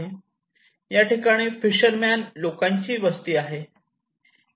या ठिकाणी fisherman लोकांच्या वस्ती आहेत